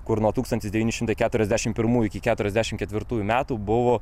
kur nuo tūkstantis devyni šimtai keturiasdešimt pirmųjų iki keturiasdešimt ketvirtųjų metų buvo